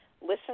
listen